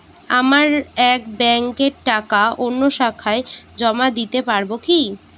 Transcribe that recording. আমার এক ব্যাঙ্কের টাকা অন্য শাখায় জমা দিতে পারব কি?